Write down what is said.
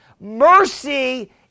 Mercy